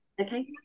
Okay